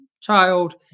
child